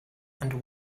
and